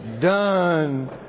Done